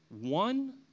one